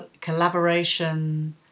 collaboration